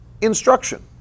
instruction